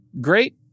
great